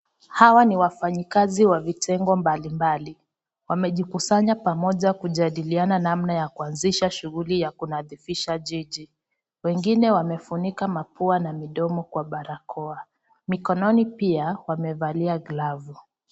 Hawa ni wafanyikazi wa vitengo mbalimbali, wamejikusanya pamoja kujadiliana namna ya kuanzisha shughuli ya kunadifisha jiji, wengine wamefunika mapua na midomo kwa barakoa, mikononi pia wamevalia glavu.